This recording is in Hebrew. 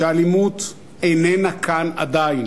שהאלימות איננה כאן עדיין,